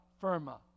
firma